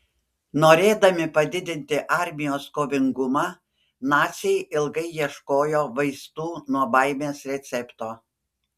norėdami padidinti armijos kovingumą naciai ilgai ieškojo vaistų nuo baimės recepto